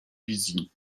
wizji